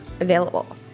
available